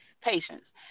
patients